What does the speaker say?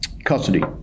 Custody